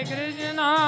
Krishna